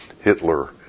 Hitler